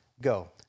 Go